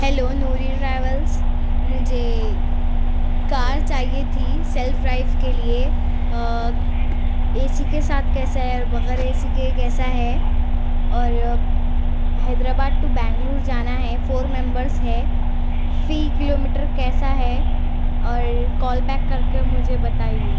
hello Noori travels مجھے car چاہیے تھی سیلف ڈرائیو کے لیے اے سی کے ساتھ کیسا ہے اور بغیر اے سی کے کیسا ہے اور حیدر آباد ٹو بینگلور جانا ہے فور ممبرس ہے فی کلو میٹر کیسا ہے اور کال بیک کر کے مجھے بتائیے